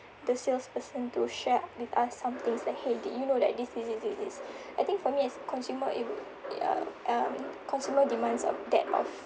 the salesperson to share with us some things like !hey! did you know that this this this this this I think for me as consumer it would uh um consumer demands of that of